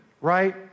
right